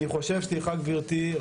אני חושב סליחה גברתי,